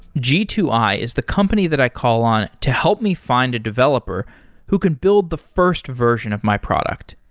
g two i is the company that i call on to help me find a developer who can build the first version of my product.